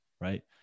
right